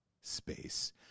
space